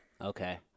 Okay